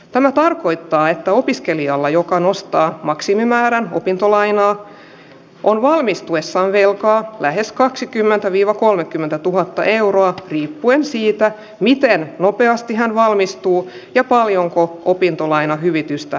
tämä tarkoittaa että opiskelijalla joka nostaa maksimimäärän opintolainaa on valmistuessaan velkaa lähes kaksikymmentä viva kolmekymmentätuhatta euroa riippuen siitä miten nopeasti hän valmistuu ja paljonko opintolainan hyvitystä